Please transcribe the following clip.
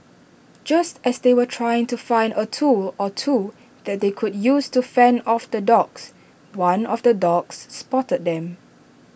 just as they were trying to find A tool or two that they could use to fend off the dogs one of the dogs spotted them